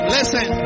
Listen